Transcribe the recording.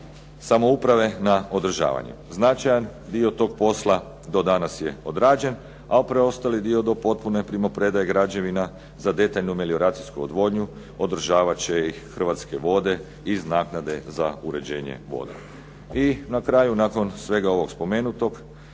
samouprave na održavanje. Značajan dio tog posla do danas je odrađen, a preostali dio do potpune primopredaje građevina za detaljnu melioracijsku odvodnju održavat će ih "Hrvatske vode" iz naknade za uređenje voda. I na kraju nakon svega ovog spomenutog